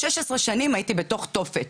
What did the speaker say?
16 שנים הייתי בתוך תופת.